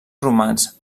romanç